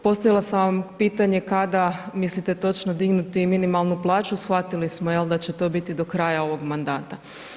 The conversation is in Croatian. Postavila sam vam pitanje kada mislite točno dignuti minimalnu plaću, shvatili smo, je li, da će to biti do kraja ovog mandata.